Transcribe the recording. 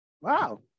Wow